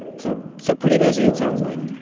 so so pretty busy it sounds like?